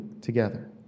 together